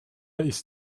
ist